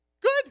Good